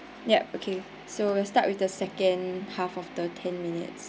yup okay so we'll start with the second half of the ten minutes